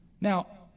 Now